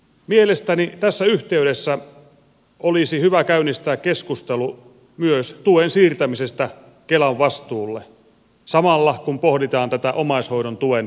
mielestäni tässä yhteydessä olisi hyvä käynnistää keskustelu myös tuen siirtämisestä kelan vastuulle samalla kun pohditaan tätä omaishoidon tuen verovapautta